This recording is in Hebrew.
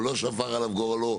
או לא שפר עליו גורלו,